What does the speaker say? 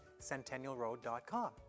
centennialroad.com